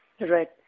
Right